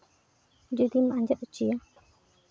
ᱡᱩᱫᱤᱢ ᱟᱸᱡᱮᱫ ᱦᱚᱪᱚᱭᱟ